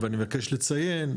אני מבקש לציין,